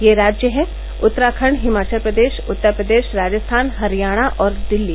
ये राज्य हैं उत्तराखंड हिमाचल प्रदेश उत्तर प्रदेश राजस्थान हरियाणा और दिल्ली